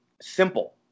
simple